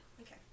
Okay